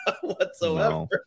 whatsoever